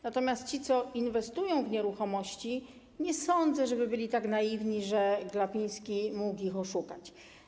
Natomiast ci, co inwestują w nieruchomości, nie sądzę, żeby byli tak naiwni, że Glapiński mógł ich oszukać.